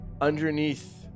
Underneath